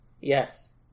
Yes